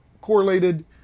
correlated